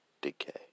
decay